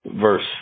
verse